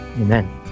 amen